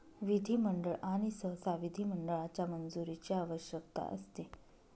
विधिमंडळ आणि सहसा विधिमंडळाच्या मंजुरीची आवश्यकता असते